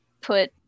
put